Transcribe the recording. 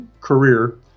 career